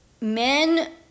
Men